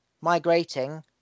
migrating